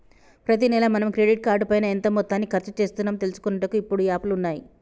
ప్రతి నెల మనం క్రెడిట్ కార్డు పైన ఎంత మొత్తాన్ని ఖర్చు చేస్తున్నాము తెలుసుకొనుటకు ఇప్పుడు యాప్లు ఉన్నాయి